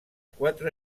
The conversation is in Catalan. quatre